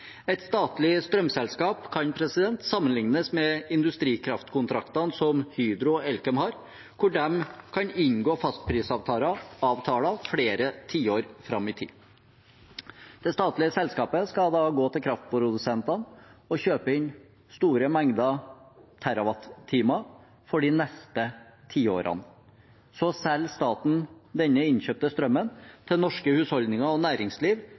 Et statlig strømselskap kan sammenliknes med industrikraftkontraktene som Hydro og Elkem har, hvor de kan inngå fastprisavtaler flere tiår fram i tid. Det statlige selskapet skal da gå til kraftprodusentene og kjøpe inn store mengder terawattimer for de neste tiårene. Så selger staten denne innkjøpte strømmen til norske husholdninger og næringsliv